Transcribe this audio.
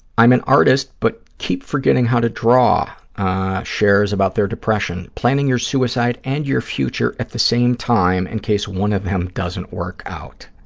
i'm an artist but keep forgetting how to draw shares about their depression, planning your suicide and your future at the same time in and case one of them doesn't work out.